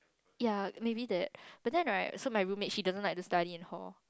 ya maybe that but then right so my roommate she doesn't like to study in hall